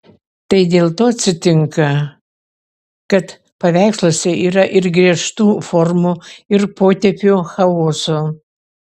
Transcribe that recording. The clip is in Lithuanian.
tai dėl to atsitinka kad paveiksluose yra ir griežtų formų ir potėpių chaoso